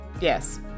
Yes